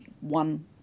one